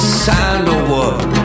sandalwood